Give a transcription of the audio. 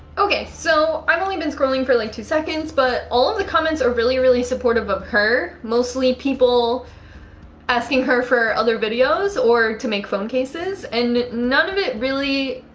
okay, so i've only been scrolling for like two seconds, but all the comments are really really supportive of her mostly people asking her for other videos or to make phone cases and none of it. really?